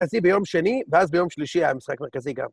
השיא ביום שני, ואז ביום שלישי היה משחק מרכזי גם.